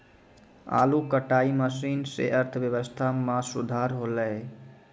आलू कटाई मसीन सें अर्थव्यवस्था म सुधार हौलय